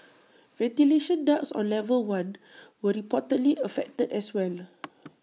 ventilation ducts on level one were reportedly affected as well